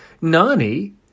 Nani